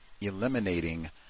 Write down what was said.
eliminating